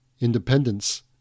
independence